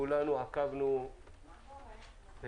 כולנו עקבנו ועל